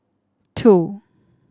two